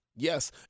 Yes